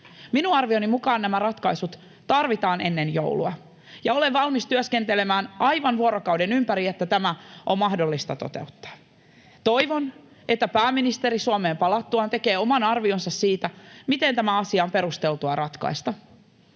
Minun arvioni mukaan nämä ratkaisut tarvitaan ennen joulua, ja olen valmis työskentelemään aivan vuorokauden ympäri, että tämä on mahdollista toteuttaa. Toivon, että pääministeri Suomeen palattuaan tekee oman arvionsa siitä, miten tämä asia on perusteltua ratkaista,